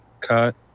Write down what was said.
Cut